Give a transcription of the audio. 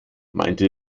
meinte